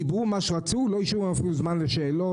דיברו מה שרצו ולא השאירו אפילו זמן לשאלות.